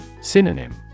Synonym